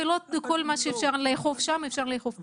ולא כל מה שאפשר לאכוף שם אפשר לאכוף פה.